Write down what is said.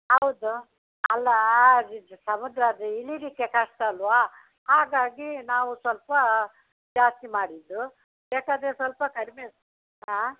ಹೌದು ಅಲ್ಲ ಇದು ಸಮುದ್ರ ಅದು ಇಳಿಯಲಿಕ್ಕೆ ಕಷ್ಟ ಅಲ್ಲವಾ ಹಾಗಾಗಿ ನಾವು ಸ್ವಲ್ಪ ಜಾಸ್ತಿ ಮಾಡಿದ್ದು ಬೇಕಾದರೆ ಸ್ವಲ್ಪ ಕಡಿಮೆ ಆಂ